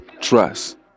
trust